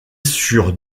sur